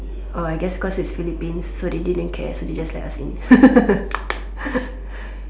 oh I guess cause it's Philippines so they didn't care so they just let us